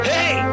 Hey